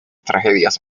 tragedias